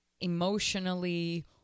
emotionally